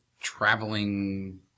traveling